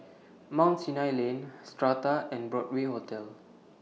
Mount Sinai Lane Strata and Broadway Hotel